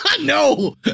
No